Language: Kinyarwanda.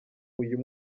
uyu